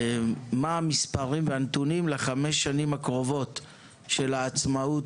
מה המספרים והנתונים לחמש השנים הקרובות של העצמאות